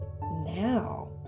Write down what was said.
now